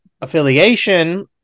affiliation